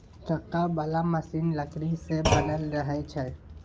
चक्का बला मशीन लकड़ी सँ बनल रहइ छै